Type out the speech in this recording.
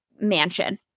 Mansion